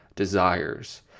Desires